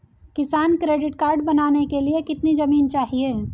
किसान credit card बनाने के लिए कितनी जमीन चाहिए?